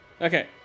Okay